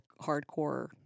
hardcore